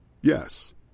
Yes